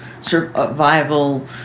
survival